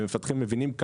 ומבינים,